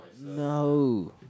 No